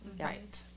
Right